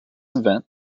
event